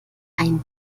ein